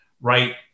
right